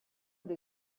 dei